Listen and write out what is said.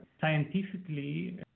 scientifically